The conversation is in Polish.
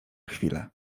chwilę